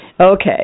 Okay